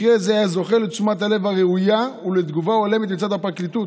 מקרה זה היה זוכה לתשומת הלב הראויה ולתגובה הולמת מצד הפרקליטות.